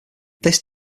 this